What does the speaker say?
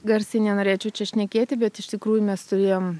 garsiai nenorėčiau čia šnekėti bet iš tikrųjų mes turėjom